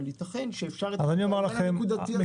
אבל ייתכן שאפשר את הדבר הנקודתי הזה.